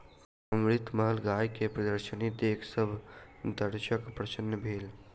अमृतमहल गाय के प्रदर्शनी देख सभ दर्शक प्रसन्न भेल